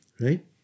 Right